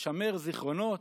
לשמר זיכרונות.